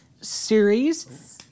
series